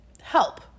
help